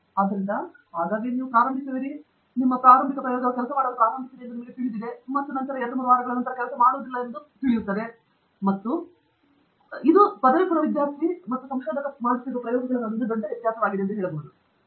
ಆದ್ದರಿಂದ ಆಗಾಗ್ಗೆ ನೀವು ಪ್ರಾರಂಭಿಸುತ್ತಾರೆ ಮತ್ತು ನಿಮ್ಮ ಆರಂಭಿಕ ಪ್ರಯೋಗವು ಕೆಲಸ ಮಾಡಲು ಪ್ರಾರಂಭಿಸಿದೆ ಎಂದು ನಿಮಗೆ ತಿಳಿದಿದೆ ಮತ್ತು ನಂತರ ಎರಡು ಮೂರು ವಾರಗಳ ರಸ್ತೆ ಕೆಳಗೆ ಕೆಲಸ ಮಾಡುವುದಿಲ್ಲ ಎಂದು ನನಗೆ ತಿಳಿದಿದೆ ಮತ್ತು ನಾನು ಪದವಿಪೂರ್ವ ವಿದ್ಯಾರ್ಥಿ ಮೊದಲ ಬಾರಿಗೆ ಪ್ರಯೋಗಗಳನ್ನು ಪ್ರಯತ್ನಿಸುತ್ತಿರುವ ಹೇಳುವ ನಡುವಿನ ದೊಡ್ಡ ವ್ಯತ್ಯಾಸವಾಗಿದೆ ಎಂದು ಹೇಳಬಹುದು ಮತ್ತು ಹೆಚ್ಚು ಕಾಲಮಾನದ ಸಂಶೋಧಕರು ಹಾದುಹೋಗುವಂತೆ ಹೇಳುತ್ತಾರೆ